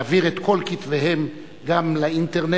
להעביר את כל כתביהם גם לאינטרנט,